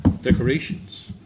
decorations